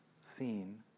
seen